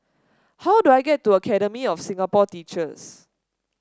how do I get to Academy of Singapore Teachers